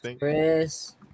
Chris